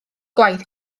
gwaith